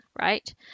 right